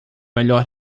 melhor